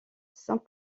saint